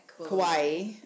Kauai